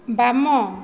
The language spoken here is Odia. ବାମ